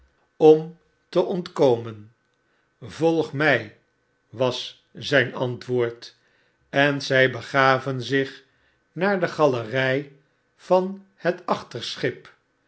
om te ontkomen volg my was zijn antwoord en zy begaven zich naar de galerij van het